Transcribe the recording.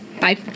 Bye